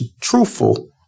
truthful